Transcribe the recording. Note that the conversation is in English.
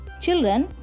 children